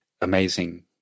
amazing